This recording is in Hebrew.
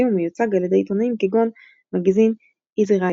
ומיוצג על ידי עיתונים כמו "מגזין Easyriders",